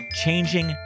changing